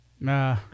Nah